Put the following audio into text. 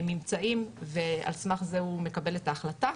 ממצאים, ועל סמך זה הוא מקבל את ההחלטה.